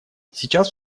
сейчас